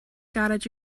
garej